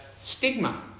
stigma